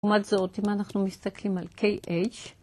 לעומת זאת, אם אנחנו מסתכלים על kh